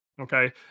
okay